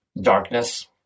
darkness